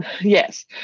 Yes